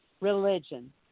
religion